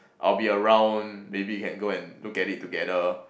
I'll be around maybe we can go and look at it together